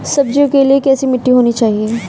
सब्जियों के लिए कैसी मिट्टी होनी चाहिए?